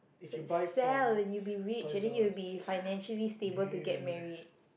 sell and you will be rich and then you will be financially stable to get married